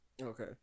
Okay